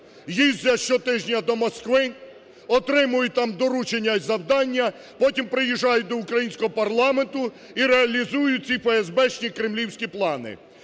їздять щотижня до Москви, отримують там доручення і завдання. Потім приїжджають до українського парламенту і реалізують ці феесбешні, кремлівські плани.